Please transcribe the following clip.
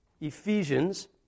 Ephesians